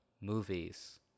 movies